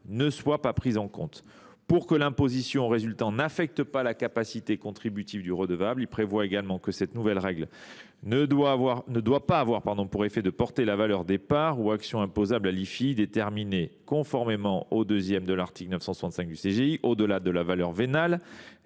ne soient pas prises en compte. Pour que l’imposition en résultant n’affecte pas la capacité contributive du redevable, il prévoit également que cette nouvelle règle ne doit pas avoir pour effet de porter la valeur des parts ou actions imposable à l’IFI, déterminée conformément au 2° de l’article 965 du code général des